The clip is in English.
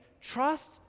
trust